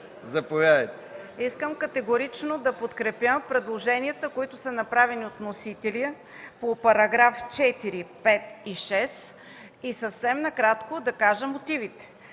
Искам категорично да подкрепя предложенията, направени от вносителя по параграфи 4, 5 и 6 и съвсем накратко да кажа мотивите.